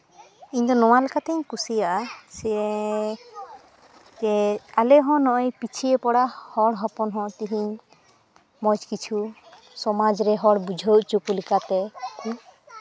ᱤᱧᱫᱚ ᱱᱚᱣᱟ ᱞᱮᱠᱟᱛᱤᱧ ᱠᱩᱥᱤᱭᱟᱜᱼᱟ ᱥᱮ ᱯᱮ ᱟᱞᱮ ᱦᱚᱸ ᱱᱚᱜᱼᱚᱸᱭ ᱯᱤᱪᱷᱤᱭᱮ ᱯᱚᱲᱟ ᱦᱚᱲ ᱦᱚᱯᱚᱱ ᱦᱚᱸ ᱛᱮᱦᱮᱧ ᱢᱚᱡᱽ ᱠᱤᱪᱷᱩ ᱥᱚᱢᱟᱡᱽ ᱨᱮ ᱦᱚᱲ ᱵᱩᱡᱷᱟᱹᱣ ᱦᱚᱪᱚ ᱞᱮᱠᱟᱛᱮ ᱠᱚ